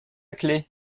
clef